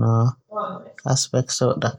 no aspek sodak.